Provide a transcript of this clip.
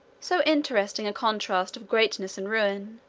so interesting a contrast of greatness and ruin,